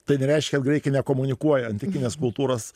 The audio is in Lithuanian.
tai nereiškia kad graikai nekomunikuoja antikinės kultūros